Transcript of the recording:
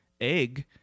egg